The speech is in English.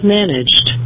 managed